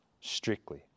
strictly